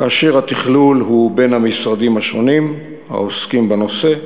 כאשר התכלול הוא בין המשרדים השונים העוסקים בנושא,